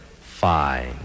Fine